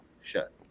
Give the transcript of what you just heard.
shut